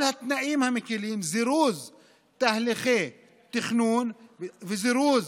כל התנאים המקילים, זירוז תהליכי תכנון וזירוז